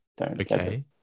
Okay